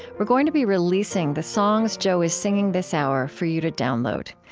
we're going to be releasing the songs joe was singing this hour for you to download.